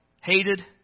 hated